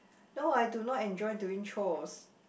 no I do not enjoy doing chores